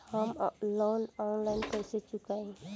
हम loan online कइसे चुकाई?